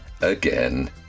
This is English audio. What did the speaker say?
again